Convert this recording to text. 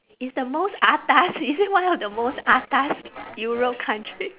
it's the most atas is it one of the most atas europe country